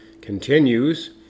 continues